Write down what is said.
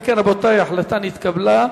אם כן, ההחלטה נתקבלה,